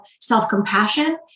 self-compassion